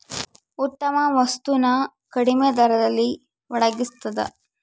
ಉತ್ತಮ ವಸ್ತು ನ ಕಡಿಮೆ ದರದಲ್ಲಿ ಒಡಗಿಸ್ತಾದ